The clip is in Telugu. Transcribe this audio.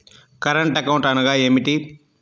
కరెంట్ అకౌంట్ అనగా ఏమిటి?